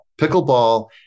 Pickleball